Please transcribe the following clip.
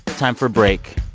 time for a break.